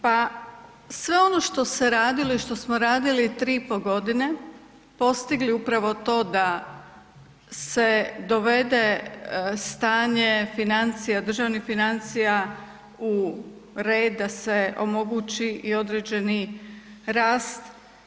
Pa, sve ono što se radilo i što smo radili 3,5.g., postigli upravo to da se dovede stanje financija, državnih financija u red, da se omogući i određeni rast.